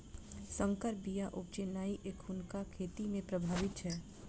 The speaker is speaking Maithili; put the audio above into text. सँकर बीया उपजेनाइ एखुनका खेती मे प्रभावी छै